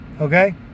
okay